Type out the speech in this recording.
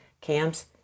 camps